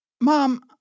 mom